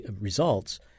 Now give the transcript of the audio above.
results